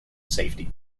safety